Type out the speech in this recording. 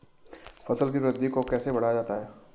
फसल की वृद्धि को कैसे बढ़ाया जाता हैं?